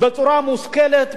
בצורה מושכלת,